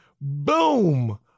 boom